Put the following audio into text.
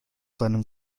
seinem